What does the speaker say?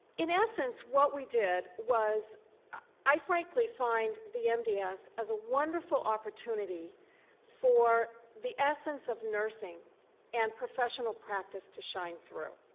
in essence, what we did was i frankly find the mds as as a wonderful opportunity for the essence of nursing and professional practice to shine through.